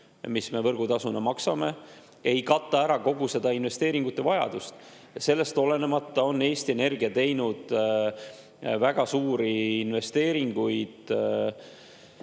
mida me võrgutasuna maksame, ei kata ära kogu investeeringuvajadust. Sellest olenemata on Eesti Energia teinud väga suuri investeeringuid